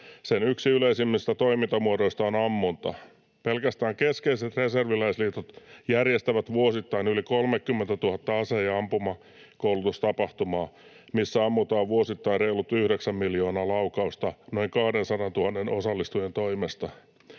sen yleisimmistä toimintamuodoista on ammunta. Pelkästään keskeiset reserviläisliitot järjestävät vuosittain yli 30 000 ase- ja ampumakoulutustapahtumaa, joissa ammutaan vuosittain reilut yhdeksän miljoonaa laukausta noin 200 000 osallistujan toimesta.